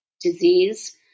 disease